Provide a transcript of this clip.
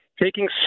Taking